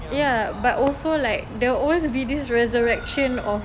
ya but also like there'll always be this resurrection of